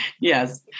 yes